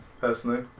personally